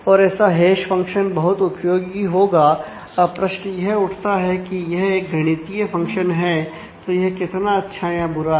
और ऐसा hash function बहुत उपयोगी होगा अब प्रश्न यह उठता है यह एक गणितीय फंक्शन है तो यह कितना अच्छा या बुरा है